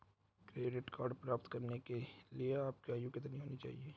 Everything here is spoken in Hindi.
क्रेडिट कार्ड प्राप्त करने के लिए आपकी आयु कितनी होनी चाहिए?